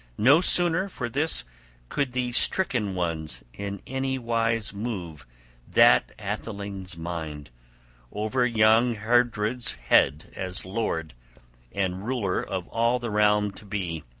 no sooner for this could the stricken ones in any wise move that atheling's mind over young heardred's head as lord and ruler of all the realm to be